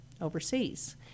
overseas